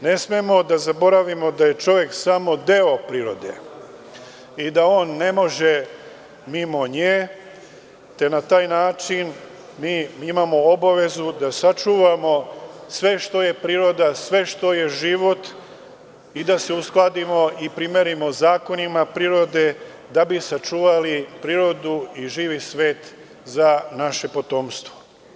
Ne smemo da zaboravimo da je čovek samo deo prirode i da on ne može mimo nje, te na taj način mi imamo obavezu da sačuvamo sve što je priroda, sve što je život i da se uskladimo i primerimo zakonima prirode da bi sačuvali prirodu i živi svet za naše potomstvo.